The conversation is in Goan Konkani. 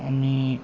आनी